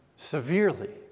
severely